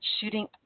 shooting